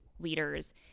leaders